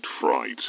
fright